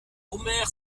omer